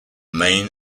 main